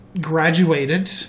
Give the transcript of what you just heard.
graduated